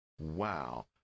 Wow